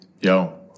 Yo